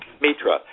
Mitra